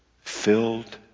filled